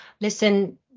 listen